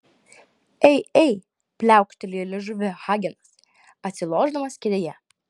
ei ei pliaukštelėjo liežuviu hagenas atsilošdamas kėdėje